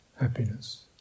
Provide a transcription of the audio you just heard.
happiness